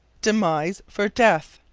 demise for death.